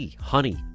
honey